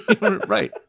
Right